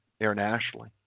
internationally